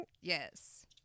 Yes